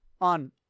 on